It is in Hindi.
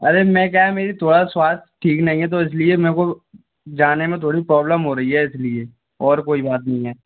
अरे मैं क्या है मेरा थोड़ा स्वास्थ्य ठीक नहीं है तो इस लिए मेरे को जाने में थोड़ी पौब्लेम हो रही है इस लिए और कोई बात नहीं है